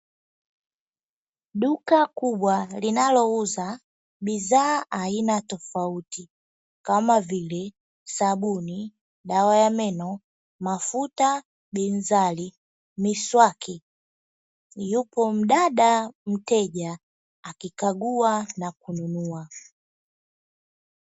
Duka kubwa linalo uza bidhaa aina tofauti kama vile sabuni, dawa ya meno, mafuta, binzali, miswaki yupo mdada mteja akikagua na kununua.